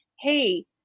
Hey